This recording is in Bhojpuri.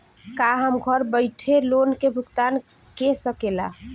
का हम घर बईठे लोन के भुगतान के शकेला?